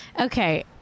Okay